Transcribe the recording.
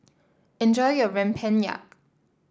enjoy your Rempeyek